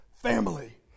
family